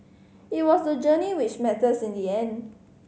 it was the journey which matters in the end